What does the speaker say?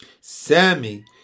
Sammy